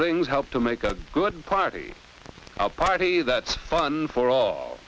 things help to make a good party a party that's fun for all